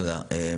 תודה.